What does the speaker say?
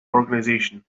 organization